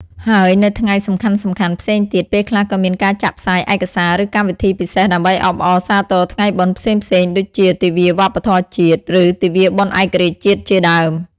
ហើយនៅថ្ងៃសំខាន់ៗផ្សេងទៀត ពេលខ្លះ ក៏មានការចាក់ផ្សាយឯកសារ ឬកម្មវិធីពិសេសដើម្បីអបអរសាទរថ្ងៃបុណ្យផ្សេងៗ ដូចជា ទិវាវប្បធម៌ជាតិ ឬ ទិវាបុណ្យឯករាជ្យជាតិ ជាដើម។